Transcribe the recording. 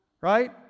Right